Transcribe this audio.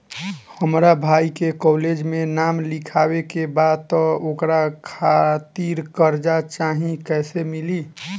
हमरा भाई के कॉलेज मे नाम लिखावे के बा त ओकरा खातिर कर्जा चाही कैसे मिली?